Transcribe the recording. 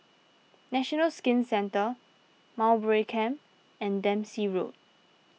National Skin Centre Mowbray Camp and Dempsey Road